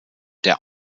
der